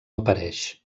apareix